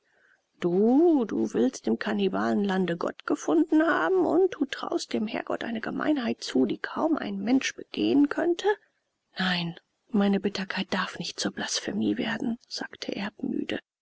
du du willst im kannibalenlande gott gefunden haben und du traust dem herrgott eine gemeinheit zu die kaum ein mensch begehen könnte nein meine bitterkeit darf nicht zur blasphemie werden sagte erb müde